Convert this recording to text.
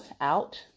out